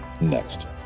next